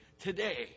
today